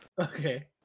Okay